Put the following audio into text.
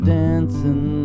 dancing